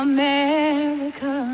America